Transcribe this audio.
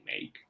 make